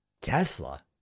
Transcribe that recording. Tesla